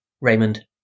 Raymond